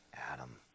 Adam